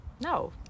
No